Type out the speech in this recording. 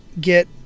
get